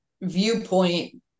viewpoint